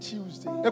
Tuesday